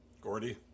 Gordy